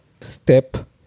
step